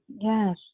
Yes